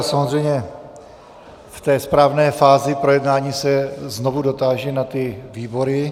Samozřejmě v té správné fázi projednávání se znovu dotáži na ty výbory.